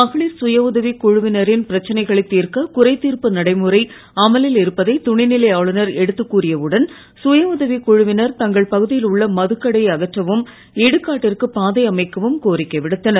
மகளிர் சுயஉதவிக் குழுவினரின் பிரச்சனைகளைத் தீர்க்க குறைதீர்ப்பு நடைமுறை அமலில் இருப்பதை துணைநிலை ஆளுனர் எடுத்துக் கூறியவுடன் சுயஉதவிக் குழுவினர் தங்கள் பகுதியில் உள்ள மதுக்கடையை அகற்றவும் இடுகாட்டிற்கு பாதை அமைக்கவும் கோரிக்கை விடுத்தனர்